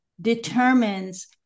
determines